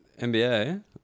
NBA